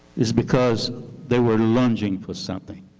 is because they were lunging for something.